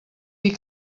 dir